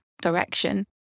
direction